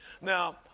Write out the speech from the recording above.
Now